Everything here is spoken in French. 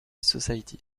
society